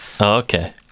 Okay